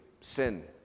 sin